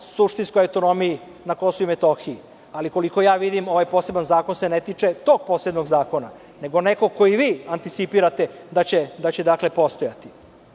suštinskoj autonomiji na Kosovu i Metohiji, ali koliko ja vidim ovaj poseban zakon se ne tiče tog posebnog zakona, nego nekog koji vi anticipirate da će postojati. Pravite